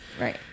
Right